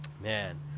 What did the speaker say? Man